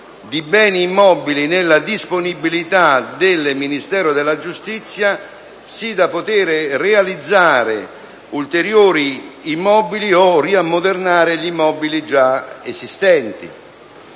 di beni immobili nella disponibilità del Ministero della giustizia, sì da poter realizzare ulteriori immobili o riammodernare gli immobili già esistenti.